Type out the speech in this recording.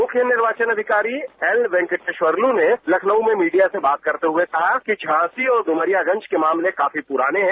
मुख्य निर्वाचन अधिकारी एल वेंकटेखरलू ने लखनऊ में मीडिया से बात करते हुए कहा कि झांसी और डुमरियागंज के मामले काफी पुराने हैं